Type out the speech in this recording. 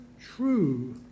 true